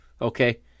Okay